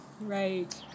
Right